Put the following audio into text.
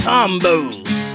Combos